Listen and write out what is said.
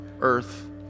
earth